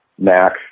Mac